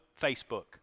Facebook